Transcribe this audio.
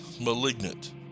malignant